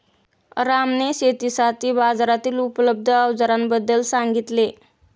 रामने शेतीसाठी बाजारातील उपलब्ध अवजारांबद्दल सांगितले